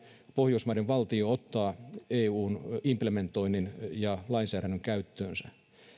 pohjoismaiden valtio ottaa eun implementoinnin ja lainsäädännön käyttöönsä